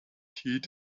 heed